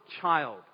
child